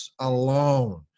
alone